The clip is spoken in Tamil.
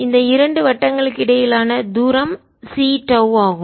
இந்த இரண்டு வட்டங்களுக்கிடையிலான தூரம் cடோவ் ஆகும்